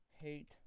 hate